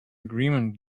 agreement